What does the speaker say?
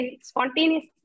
spontaneous